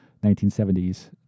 1970s